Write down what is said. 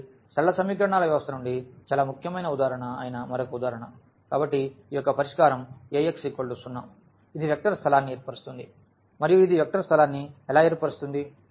కాబట్టి సరళ సమీకరణాల వ్యవస్థ నుండి చాలా ముఖ్యమైన ఉదాహరణ అయిన మరొక ఉదాహరణ కాబట్టి ఈ యొక్క పరిష్కారం Ax 0 ఇది వెక్టర్ స్థలాన్ని ఏర్పరుస్తుంది మరియు ఇది వెక్టర్ స్థలాన్ని ఎలా ఏర్పరుస్తుంది